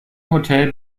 hotel